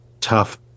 tough